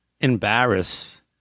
embarrass